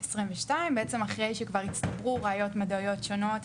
2022 בעצם אחרי שכבר הצטברו ראיות מדעיות שונות,